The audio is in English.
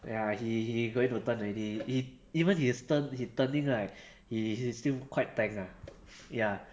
ya he he going to turn already he even his turn he turning right he still quite tank ah ya